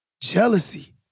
Jealousy